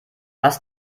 was